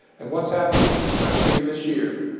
and what's happening in this country this year